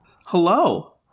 Hello